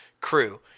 crew